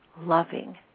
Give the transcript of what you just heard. loving